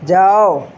جاؤ